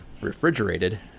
refrigerated